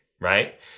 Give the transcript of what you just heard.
right